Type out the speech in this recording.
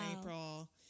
April